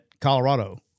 Colorado